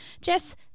Jess